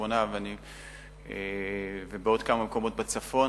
בקריית-שמונה ובעוד כמה מקומות בצפון.